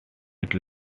its